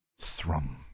THRUM